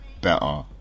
better